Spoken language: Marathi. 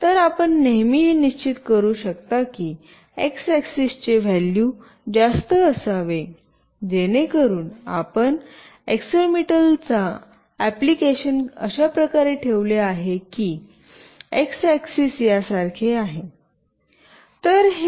तर आपण नेहमी हे निश्चित करू शकता की एक्स ऍक्सेस चे व्हॅल्यू जास्त असावे जेणेकरुन आपण एक्सेलेरोमीटर ला अँप्लिकेशन अशा प्रकारे ठेवले आहे की की एक्स ऍक्सेस यासारखे आहे